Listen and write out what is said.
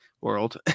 world